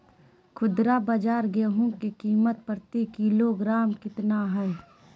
खुदरा बाजार गेंहू की कीमत प्रति किलोग्राम कितना है?